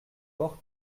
porte